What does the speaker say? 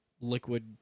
liquid